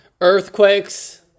Earthquakes